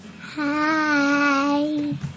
Hi